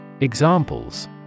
Examples